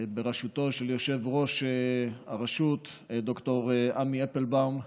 בראשותו של יושב-ראש הרשות ד"ר עמי אפלבום,